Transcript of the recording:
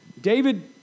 David